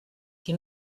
qui